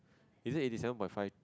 is it eighty seven point five